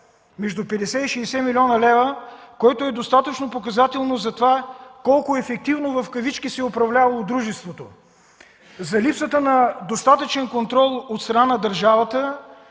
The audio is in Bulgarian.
между 50 и 60 млн. лв., което е достатъчно показателно за това колко „ефективно” се е управлявало дружеството, за липсата на достатъчен контрол от страна на държавата